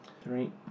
Three